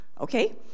Okay